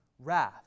wrath